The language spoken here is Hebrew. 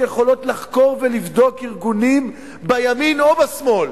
שיכולות לחקור ולבדוק ארגונים בימין או בשמאל